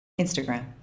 Instagram